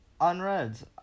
unreads